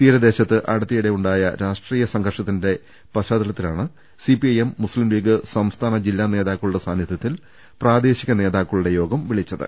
തീരദേശത്ത് അടുത്തിടെ ഉണ്ടായ രാഷ്ട്രീയ സംഘർഷത്തിന്റെ പശ്ചാത്തലത്തിലാണ് സിപിഐ എം ലീഗ് സംസ്ഥാന ജില്ലാ നേതാക്കളുടെ സാന്നിധൃത്തിൽ പ്രാദേശിക നേതാക്കളുടെ യോഗം വിളിച്ചത്